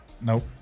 Nope